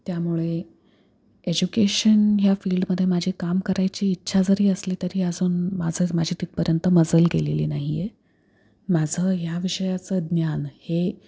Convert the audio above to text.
त्यामुळे एज्युकेशन ह्या फील्डमध्ये माझी काम करायची इच्छा जरी असली तरी अजून माझं माझी तिथपर्यंत मजल गेलेली नाही आहे माझं ह्या विषयाचं ज्ञान हे